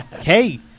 Hey